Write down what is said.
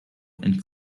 and